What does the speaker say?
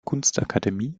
kunstakademie